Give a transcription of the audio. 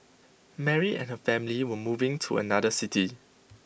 Mary and her family were moving to another city